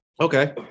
okay